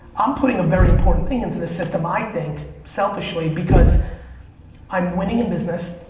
i'm putting a very important thing into the system, i think, selfishly, because i'm winning in business,